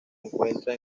encuentra